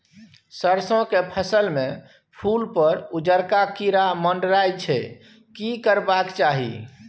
सरसो के फसल में फूल पर उजरका कीरा मंडराय छै की करबाक चाही?